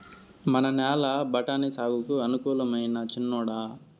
మన నేల బఠాని సాగుకు అనుకూలమైనా చిన్నోడా